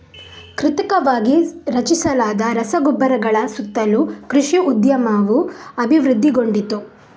ಕೃತಕವಾಗಿ ರಚಿಸಲಾದ ರಸಗೊಬ್ಬರಗಳ ಸುತ್ತಲೂ ಕೃಷಿ ಉದ್ಯಮವು ಅಭಿವೃದ್ಧಿಗೊಂಡಿತು